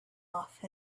off